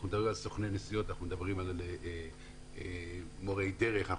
מדברים על סוכני נסיעות, מדברים על מורי דרך.